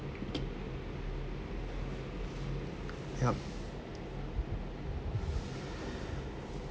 yup